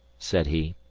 said he.